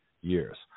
years